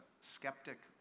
skeptic